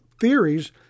theories